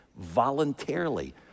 Voluntarily